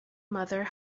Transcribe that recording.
mother